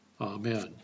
Amen